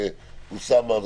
אוסאמה,